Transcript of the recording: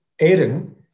Aaron